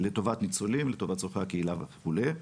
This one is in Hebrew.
לטובת ניצולים, לטובת צרכי הקהילה וכו'.